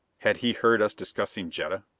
had he heard us discussing jetta?